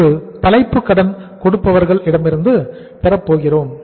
ஒரு தலைப்பு கடன் கொடுப்பவர்கள் இடமிருந்து பெறப்போகிறோம்